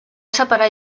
separar